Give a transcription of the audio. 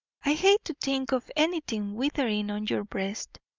i hate to think of anything withering on your breast.